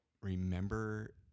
remember